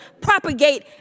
propagate